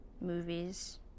Movies